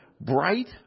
bright